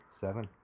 seven